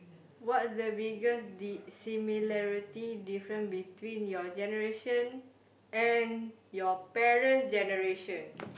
what's the biggest di~ similarity difference between your generation and your parent's generation